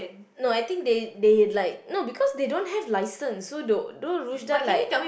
no I think they they like no because they don't have license so the then Rushdan like